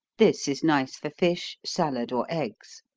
this is nice for fish, salad, or eggs.